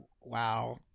Wow